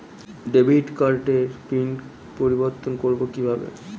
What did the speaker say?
Debit কার্ডের PIN পরিবর্তন করবো কীভাবে?